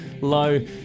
low